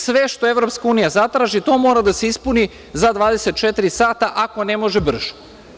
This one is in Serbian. Sve što EU zatraži do mora da se ispuni za 24 sata, ako ne može brže.